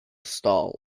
stall